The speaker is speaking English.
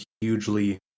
hugely